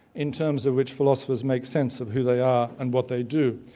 in terms of which philosophers make sense of who they are and what they do.